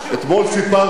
אתמול סיפרתי